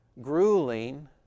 grueling